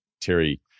terry